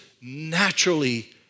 naturally